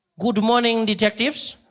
good morning detectives.